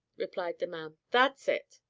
replied the man. that's it.